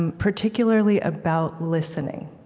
and particularly about listening.